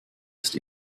ist